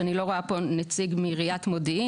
ואני לא רואה פה נציג מעיריית מודיעין